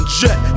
jet